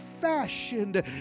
fashioned